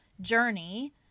journey